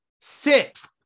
Six